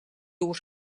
uus